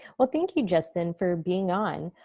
well, thank you, justin, for being on.